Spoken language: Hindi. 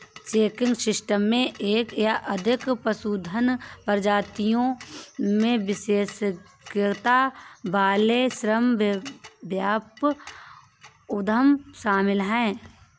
रैंचिंग सिस्टम में एक या अधिक पशुधन प्रजातियों में विशेषज्ञता वाले श्रम व्यापक उद्यम शामिल हैं